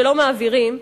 שלא מעבירים,